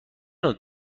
نوع